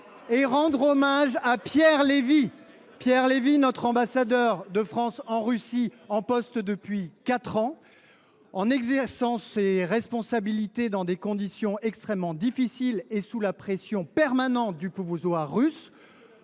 ! Que faisait il là bas ? Notre ambassadeur de France en Russie, en poste depuis quatre ans, exerce ses responsabilités dans des conditions extrêmement difficiles et sous la pression permanente du pouvoir russe.